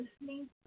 listening